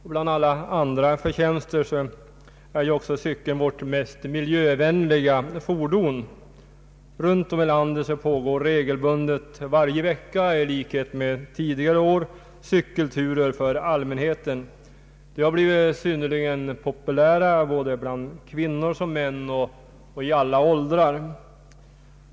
Till alla andra förtjänster kommer att cykeln är vårt mest miljövänliga fordon. Runt om i landet ordnas regelbundet varje vecka i likhet med tidigare år cykelturer för allmänheten. De har blivit synnerligen populära såväl bland kvinnor som män och i alla åldrar.